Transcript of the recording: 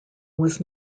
was